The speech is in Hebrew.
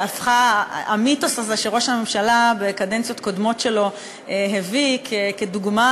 המיתוס הזה שראש הממשלה בקדנציות קודמות שלו הביא כדוגמה